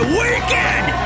weekend